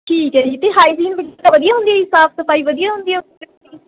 ਠੀਕ ਹੈ ਜੀ ਅਤੇ ਹਾਈਜੀਨ ਵਗੈਰਾ ਵਧੀਆ ਹੁੰਦੀ ਆ ਸਾਫ਼ ਸਫ਼ਾਈ ਵਧੀਆ ਹੁੰਦੀ ਆ ਉੱਥੇ ਜੀ